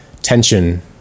tension